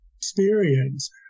experience –